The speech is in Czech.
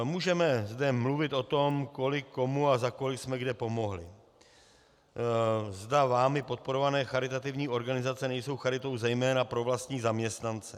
Můžeme zde mluvit o tom, kolik komu a za kolik jsme kde pomohli, zda vámi podporované charitativní organizace nejsou charitou zejména pro vlastní zaměstnance.